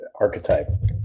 archetype